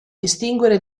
distinguere